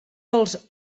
els